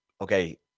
Okay